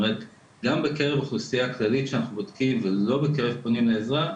גם בקרב אוכלוסייה כללית כשאנחנו בודקים ולא בקרב פונים לעזרה,